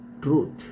truth